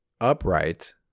Upright